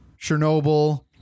Chernobyl